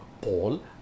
Paul